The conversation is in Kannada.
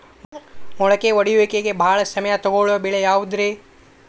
ಮೊಳಕೆ ಒಡೆಯುವಿಕೆಗೆ ಭಾಳ ಸಮಯ ತೊಗೊಳ್ಳೋ ಬೆಳೆ ಯಾವುದ್ರೇ?